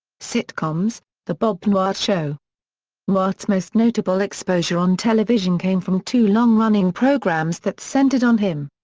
sitcoms the bob newhart show newhart's most notable exposure on television came from two long-running programs that centered on him.